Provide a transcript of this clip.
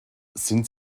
sind